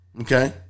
Okay